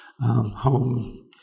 home